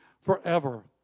forever